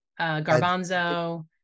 garbanzo